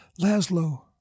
Laszlo—